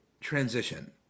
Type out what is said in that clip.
transition